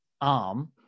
arm